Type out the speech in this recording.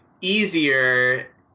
easier